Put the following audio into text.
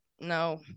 No